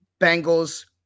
Bengals